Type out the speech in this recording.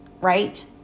right